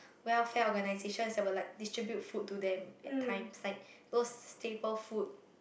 welfare organizations that will like distribute food to them at times like those staple food